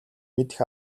мэдэх